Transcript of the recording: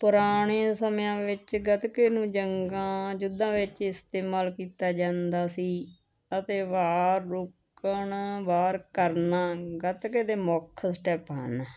ਪੁਰਾਣੇ ਸਮਿਆਂ ਵਿੱਚ ਗਤਕੇ ਨੂੰ ਜੰਗਾਂ ਯੁੱਧਾਂ ਵਿੱਚ ਇਸਤੇਮਾਲ ਕੀਤਾ ਜਾਂਦਾ ਸੀ ਅਤੇ ਵਾਰ ਰੋਕਣ ਵਾਰ ਕਰਨਾ ਗਤਕੇ ਦੇ ਮੁੱਖ ਸਟੈਪ ਹਨ